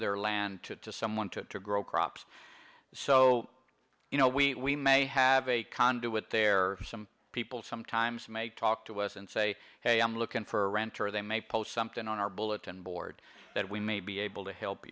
their land to someone to grow crops so you know we may have a conduit there some people sometimes make talk to us and say hey i'm looking for a renter or they may post something on our bulletin board that we may be able to help